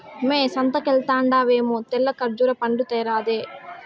మ్మే సంతకెల్తండావేమో తెల్ల కర్బూజా పండ్లు తేరాదా